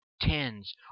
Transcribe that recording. tens